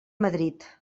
madrid